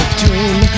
dream